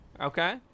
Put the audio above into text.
Okay